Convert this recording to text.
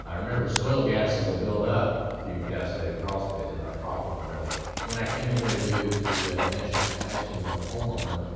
remember soil gases will build up if you encapsulate a crawl space without proper ventilation. when i came in here to do the initial inspection with the homeowner,